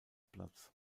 platz